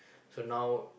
so now